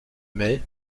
mais